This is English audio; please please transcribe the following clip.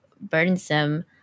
burdensome